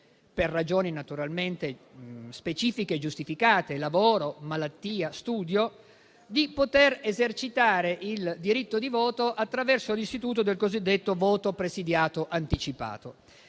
per ragioni specifiche e giustificate (lavoro, malattia, studio), di poter esercitare il diritto di voto attraverso l'istituto del cosiddetto voto presidiato anticipato.